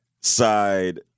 side